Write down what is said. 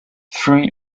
three